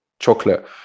chocolate